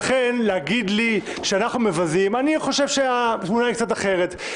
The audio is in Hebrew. לכן להגיד לי שאנחנו מבזים אני חושב שהתמונה היא קצת אחרת.